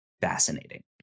fascinating